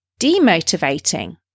demotivating